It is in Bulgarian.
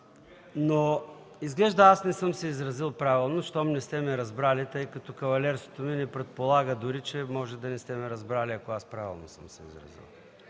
Изглежда аз не съм се изразил правилно, щом не сте ме разбрали, тъй като кавалерството ми не предполага дори, че може да не сте ме разбрали, ако аз правилно съм се изразил.